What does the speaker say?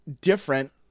different